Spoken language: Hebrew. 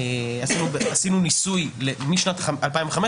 עשינו ניסוי משנת 2015,